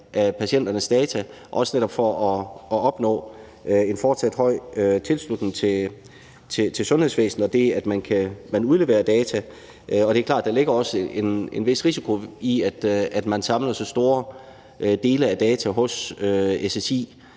for patienternes data, også netop for at opnå en fortsat høj tilslutning til sundhedsvæsenet og det, at man udleverer data. Det er klart, at der også ligger en vis risiko i, at man samler så store mængder data hos SSI.